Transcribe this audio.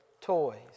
toys